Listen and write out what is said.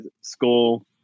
school